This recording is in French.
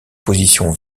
positions